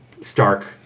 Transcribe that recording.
stark